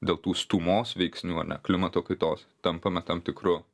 dėl tų stūmos veiksnių ane klimato kaitos tampame tam tikru